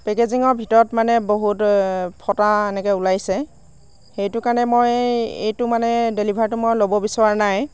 পেকেজিঙৰ ভিতৰত মানে বহুত ফটা এনেকৈ ওলাইছে সেইটো কাৰণে মই এইটো মানে ডেলিভাৰটো মই ল'ব বিচৰা নাই